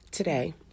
today